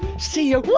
see you. ok,